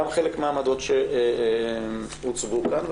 גם חלק מהעמדות שהוצגו כאן,